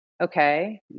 okay